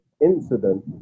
incident